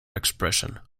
expression